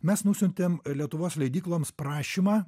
mes nusiuntėm lietuvos leidykloms prašymą